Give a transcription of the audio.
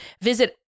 visit